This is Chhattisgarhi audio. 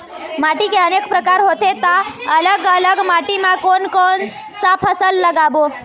माटी के अनेक प्रकार होथे ता अलग अलग माटी मा कोन कौन सा फसल लगाबो?